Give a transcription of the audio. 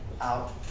out